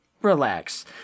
relax